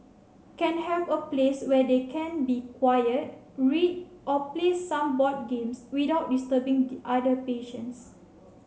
can have a place where they can be quiet read or play some board games without disturbing the other patients